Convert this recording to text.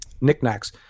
knickknacks